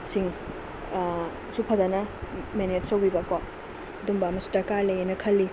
ꯁꯤꯡ ꯑꯁꯨꯛ ꯐꯖꯅ ꯃꯦꯅꯦꯖ ꯇꯧꯕꯤꯕ ꯀꯣ ꯑꯗꯨꯝꯕ ꯑꯃꯁꯨ ꯗꯥꯔꯀ ꯂꯩ ꯍꯥꯏꯅ ꯈꯜꯂꯤ